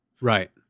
right